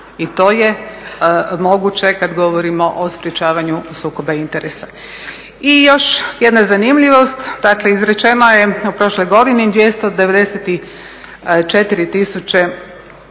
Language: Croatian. i to je moguće kad govorimo o sprečavanju sukoba interesa. I još jedna zanimljivost, dakle izrečeno je u prošloj godini 294 tisuća